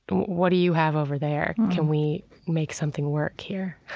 what do you have over there? can we make something work here?